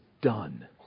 done